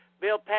Bill